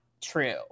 true